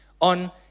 on